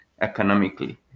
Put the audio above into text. economically